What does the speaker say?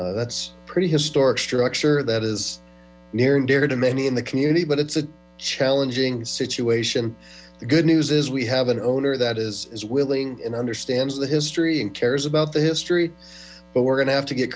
house that's pretty historic structure that is near and dear to many in the community but it's a challenging situation the good news is we have an owner that is willing and understands the history and cares about the history but we're going to have to get